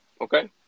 Okay